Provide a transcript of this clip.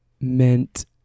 meant